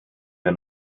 wir